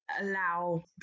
allow